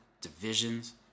divisions